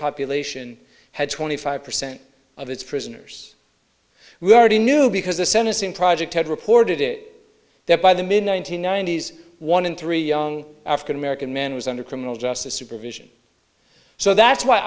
population had twenty five percent of its prisoners we already knew because the sentencing project had reported it that by them in one nine hundred ninety s one in three young african american men was under criminal justice supervision so that's why